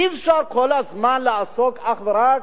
אי-אפשר כל הזמן לעסוק אך ורק